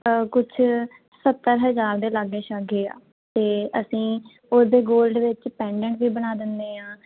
ਕੁਛ ਸੱਤਰ ਹਜ਼ਾਰ ਦੇ ਲਾਗੇ ਛਾਗੇ ਆ ਅਤੇ ਅਸੀਂ ਉਹਦੇ ਗੋਲਡ ਵਿੱਚ ਪੈਂਡੈਂਟ ਵੀ ਬਣਾ ਦਿੰਦੇ ਹਾਂ